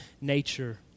nature